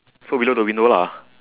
so below the window lah